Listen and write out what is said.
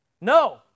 No